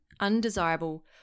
undesirable